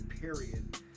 period